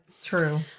true